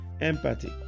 Empathy